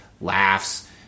laughs